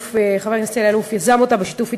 חבר הכנסת אלי אלאלוף יזם אותה בשיתוף עם